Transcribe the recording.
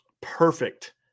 perfect